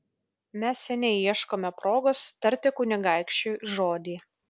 mes seniai ieškome progos tarti kunigaikščiui žodį